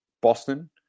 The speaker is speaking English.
Boston